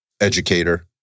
educator